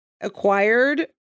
acquired